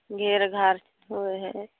घेरघार हुअए हइ